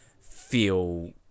feel